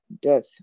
death